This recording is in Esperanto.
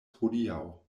hodiaŭ